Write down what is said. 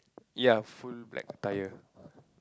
ya full black attire